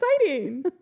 exciting